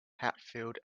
hatfield